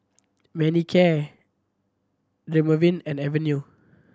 Manicare Dermaveen and Avene